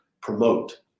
promote